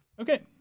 Okay